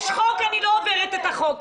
אמרו שיש חוק ואני לא עוברת על החוק.